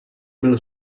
byl